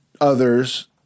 others